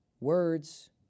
words